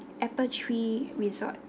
apple tree resort